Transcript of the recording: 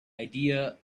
idea